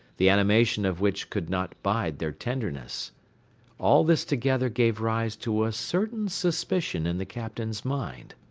the animation of which could not bide their tenderness all this together gave rise to a certain suspicion in the captain's mind.